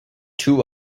two